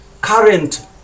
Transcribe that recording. current